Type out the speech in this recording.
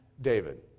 David